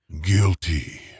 guilty